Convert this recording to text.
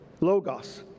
Logos